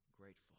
grateful